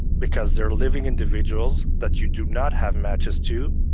because they're living individuals that you do not have matches to,